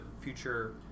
future